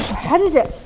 how did it?